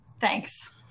Thanks